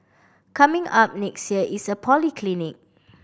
coming up next year is a polyclinic